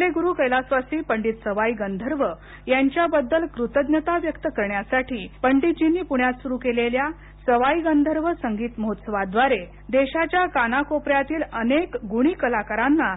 आपले गुरु के सवाई गंधर्व यांच्या बद्दल कृतज्ञता व्यक करण्यासाठी भीमसेनजीनी पूण्यात सुरु केलेल्या सवाई गंघर्व संगीत महोत्सवाद्वारे त्यांनी देशाच्या कानाकोपर्यातील अनेक गूणी कलाकारांना